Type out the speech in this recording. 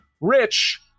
Rich